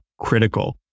critical